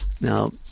Now